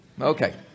Okay